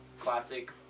classic